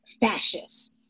fascists